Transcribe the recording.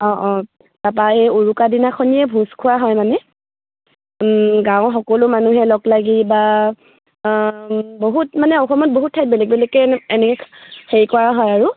অঁ অঁ তাৰপৰা এই উৰুকা দিনাখনিয়ে ভোজ খোৱা হয় মানে গাঁৱৰ সকলো মানুহে লগ লাগি বা বহুত মানে অসমত বহুত ঠাইত বেলেগ বেলেগকৈ এনেকৈ হেৰি কৰা হয় আৰু